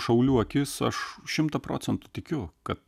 šaulių akis aš šimtą procentų tikiu kad